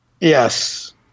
Yes